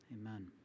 amen